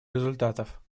результатов